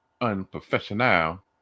unprofessional